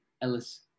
Ellis